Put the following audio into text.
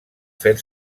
fer